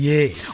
Yes